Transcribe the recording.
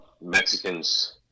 Mexicans